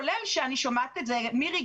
אני גם שומעת מירי,